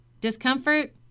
discomfort